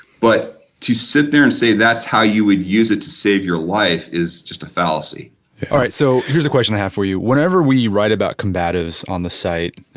but to sit there and say that how you would use it to save your life is just a fallacy all right, so here's a question i have for you. whenever we write about combatives on the site,